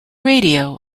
radio